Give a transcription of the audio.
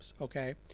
okay